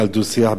ביקש להעמיד